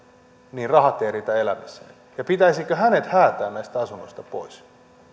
rahat eivät riitä elämiseen pitäisikö hänet häätää näistä asunnoista pois